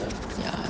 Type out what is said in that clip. ya